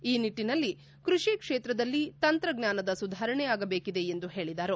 ಈ ನಿಟ್ಟಿನಲ್ಲಿ ಕೃಷಿ ಕ್ಷೇತ್ರದಲ್ಲಿ ತಂತ್ರಜ್ಞಾನದ ಸುಧಾರಣೆ ಆಗಬೇಕಿದೆ ಎಂದು ಹೇಳಿದರು